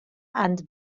and